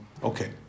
Okay